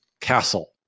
castle